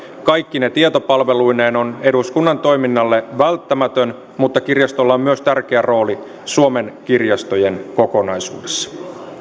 kaikkine tietopalveluineen on eduskunnan toiminnalle välttämätön mutta kirjastolla on myös tärkeä rooli suomen kirjastojen kokonaisuudessa